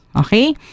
Okay